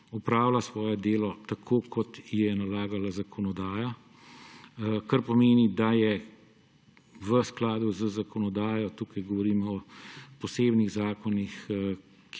opravila svoje delo tako, kot ji je nalagala zakonodaja. Kar pomeni, da je v skladu z zakonodajo – tukaj govorimo o posebnih zakonih,